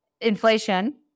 inflation